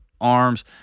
arms